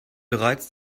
bereits